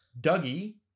Dougie